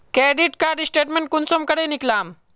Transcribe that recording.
Credit card statement कुंसम करे निकलाम?